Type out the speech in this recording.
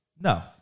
No